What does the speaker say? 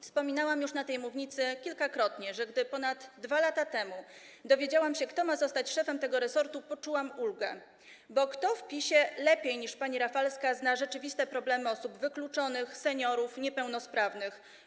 Wspominałam już kilkakrotnie z tej mównicy, że gdy ponad 2 lata temu dowiedziałam się, kto ma zostać szefem tego resortu, poczułam ulgę, bo kto w PiS-ie lepiej niż pani Rafalska zna rzeczywiste problemy osób wykluczonych, seniorów, niepełnosprawnych.